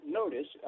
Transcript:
notice